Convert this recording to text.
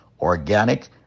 organic